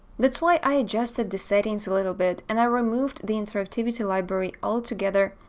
that's why i adjusted the settings a little bit and i removed the interactivity library altogether,